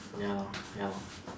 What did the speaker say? ya lor ya lor